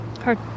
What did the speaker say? Hard